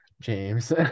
James